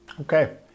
Okay